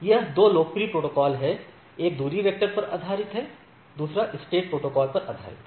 ये 2 लोकप्रिय प्रोटोकॉल हैं एक दूरी वेक्टर पर आधारित है दूसरा लिंक स्टेट प्रोटोकॉल पर आधारित है